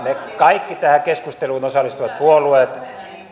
me kaikki tähän keskusteluun osallistuvat puolueet